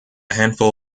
handful